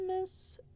miss